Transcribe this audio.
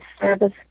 service